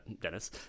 Dennis